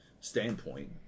standpoint